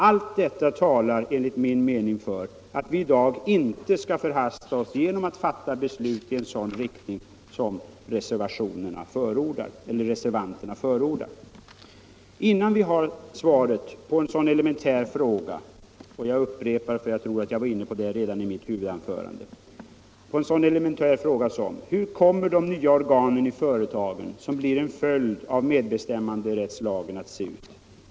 Allt detta talar enligt min mening för att vi i dag inte skall förhasta oss genom att fatta beslut i sådan riktning som reservanterna förordar, innan vi har svaret på en sådan elementär fråga — jag tror att jag var inne på det redan i mitt huvudanförande —- som hur de nya organ i företagen som blir en följd av medbestämmanderätten kommer att se ut.